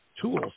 tools